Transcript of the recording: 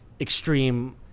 extreme